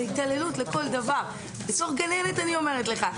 זה התעללות לכל דבר, בתור גננת אני אומרת לך.